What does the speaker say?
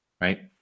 right